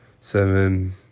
seven